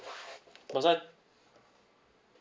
must I